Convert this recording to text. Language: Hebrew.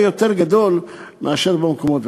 הרבה יותר גדול מאשר הבתים במקומות האלה,